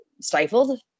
stifled